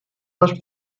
must